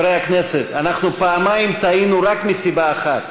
הכנסת, אנחנו פעמיים טעינו רק מסיבה אחת,